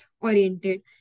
oriented